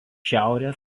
šiaurės